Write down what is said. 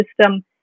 system